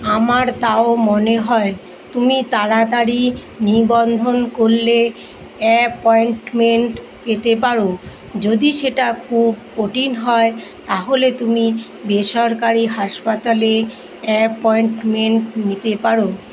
আমার তাও মনে হয় তুমি তাড়াতাড়ি নিবন্ধন করলে অ্যাপয়েন্টমেন্ট পেতে পার যদি সেটা খুব কঠিন হয় তাহলে তুমি বেসরকারি হাসপাতালে অ্যাপয়েন্টমেন্ট নিতে পার